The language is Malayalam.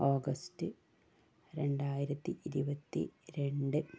ഓഗസ്റ്റ് രണ്ടായിരത്തി ഇരുപത്തിരണ്ട്